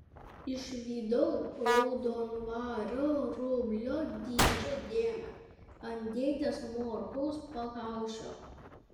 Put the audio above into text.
išvydau raudonvario rublio dydžio dėmę ant dėdės morkaus pakaušio